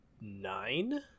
nine